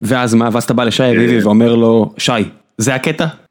ואז מה ואז אתה בא לשי אביבי ואומר לו שי זה הקטע?